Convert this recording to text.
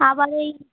আবার ওই